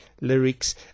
lyrics